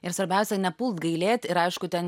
ir svarbiausia nepult gailėt ir aišku ten